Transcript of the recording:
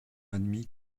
admis